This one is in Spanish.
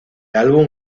álbum